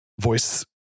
Voice